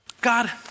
God